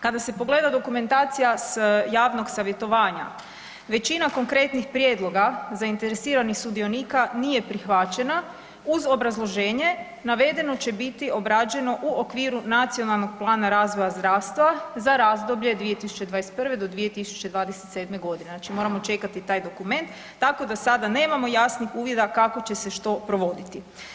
Kada se pogleda dokumentacija s javnog savjetovanja većina konkretnih prijedloga zainteresiranih sudionika nije prihvaćena uz obrazloženje navedeno će biti obrađeno u okviru Nacionalnog plana razvoja zdravstva za razdoblje 2021.-2027.g. znači moramo čekati taj dokument tako da sada nemamo jasnih uvida kako će se što provoditi.